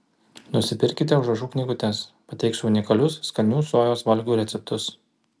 nusipirkite užrašų knygutes pateiksiu unikalius skanių sojos valgių receptus